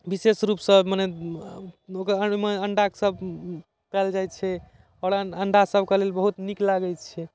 विशेष रूपसँ मने ओइमे अण्डा सब पाओल जाइ छै आओर अण्डा सबके लेल बहुत नीक लागै छै